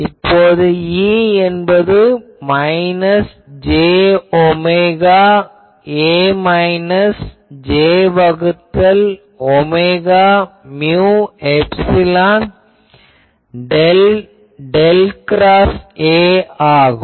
இப்போது E என்பது minus j omega A minus j வகுத்தல் omega mu epsilon del del cross A ஆகும்